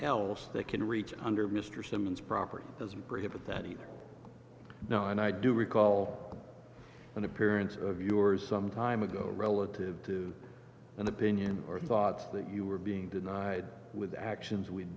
else that can reach under mr simmons property doesn't break up with that either no and i do recall an appearance of yours some time ago relative to an opinion or thought that you were being denied with actions we'